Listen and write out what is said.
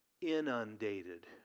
inundated